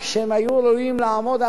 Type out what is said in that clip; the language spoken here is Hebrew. לצערנו הרב,